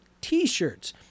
t-shirts